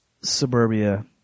Suburbia